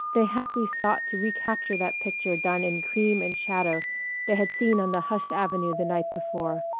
they haply sought to recapture that picture done in cream and shadow they had seen on the hushed avenue the night before.